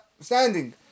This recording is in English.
standing